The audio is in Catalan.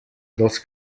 dels